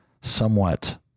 somewhat